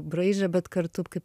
braižą bet kartu kaip